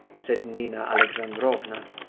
said nina alexandrovna.